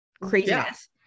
craziness